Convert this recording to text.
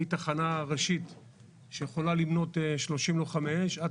מתחנה ראשית שיכולה למנות 30 לוחמי אש עד